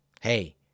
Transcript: hey